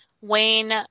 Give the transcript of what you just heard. Wayne